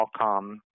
Qualcomm